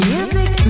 Music